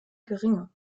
geringe